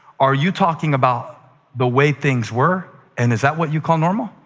are you talking about the way things were? and is that what you call normal?